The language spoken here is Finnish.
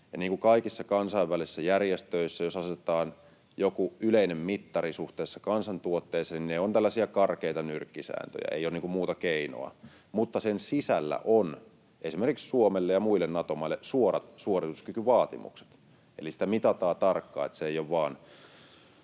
kaikissa kansainvälisissä järjestöissä, jos asetetaan joku yleinen mittari suhteessa kansantuotteeseen, niin ne ovat tällaisia karkeita nyrkkisääntöjä. Ei ole muuta keinoa. Mutta sen sisällä on esimerkiksi Suomelle ja muille Nato-maille suorituskykyvaatimukset, eli sitä mitataan tarkkaan eikä se ole vain